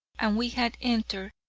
and we had entered,